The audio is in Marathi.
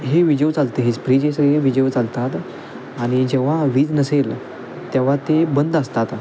हे विजेवर चालते हे फ्रीज हे सगळे विजेवर चालतात आणि जेव्हा वीज नसेल तेव्हा ते बंद असतात